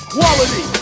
Quality